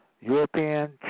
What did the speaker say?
European